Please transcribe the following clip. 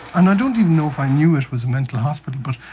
and i don't even know if i knew it was a mental hospital, but